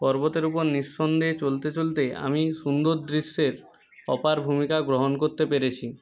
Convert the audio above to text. পর্বতের উপর নিঃসন্দেহে চলতে চলতে আমি সুন্দর দৃশ্যের অপার ভূমিকা গ্রহণ করতে পেরেছি